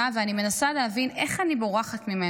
ואני מנסה להבין איך אני בורחת ממנו.